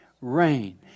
rain